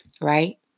right